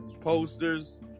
posters